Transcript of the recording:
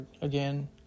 again